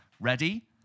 Ready